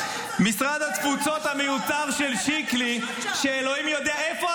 מה תעשו עם הרופאים ועם